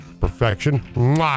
perfection